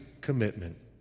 commitment